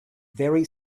very